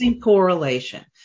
correlation